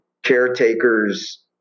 caretakers